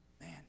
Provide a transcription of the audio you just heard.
Man